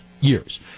years